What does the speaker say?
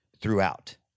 throughout